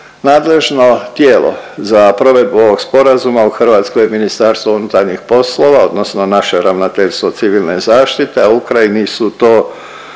Nadležno tijelo za provedbu ovog sporazuma u Hrvatskoj je MUP odnosno naše Ravnateljstvo civilne zaštite, a u Ukrajini su to